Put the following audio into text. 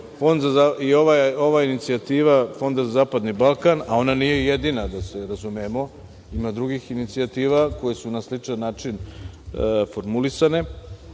i ova inicijativa Fonda za zapadni Balkan, a ona nije jedina, da se razumemo, ima drugih inicijativa koje su na sličan način formulisane.